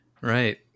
Right